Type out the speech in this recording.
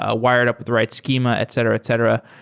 ah wired up with the right schema, etc. etc.